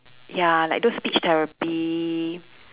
ya like those speech therapy